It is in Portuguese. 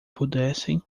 pudessem